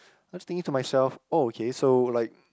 I just thinking to myself oh K so like